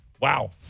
wow